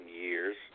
years